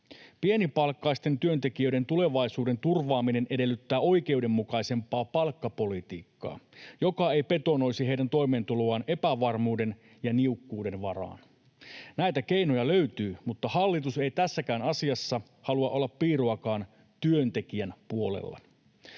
Pienipalkkaisten työntekijöiden tulevaisuuden turvaaminen edellyttää oikeudenmukaisempaa palkkapolitiikkaa, joka ei betonoisi heidän toimeentuloaan epävarmuuden ja niukkuuden varaan. Näitä keinoja löytyy, mutta hallitus ei tässäkään asiassa halua olla piiruakaan työntekijän puolella.